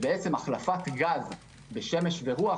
החלפת גז בשמש ורוח